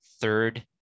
third